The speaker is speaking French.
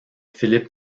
philip